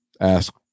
ask